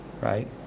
right